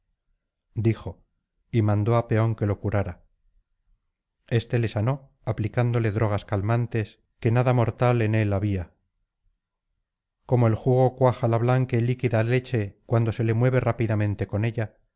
dijo y mandó á peón que lo curara éste le sanó aplicándole drogas calmantes que nada mortal en él había como el jugo cuaja la blanca y líquida leche cuando se le mueve rápidamente con ella